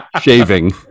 Shaving